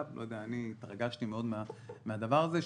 התרגשתי מאוד מהדבר הזה,